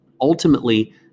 Ultimately